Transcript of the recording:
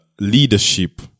leadership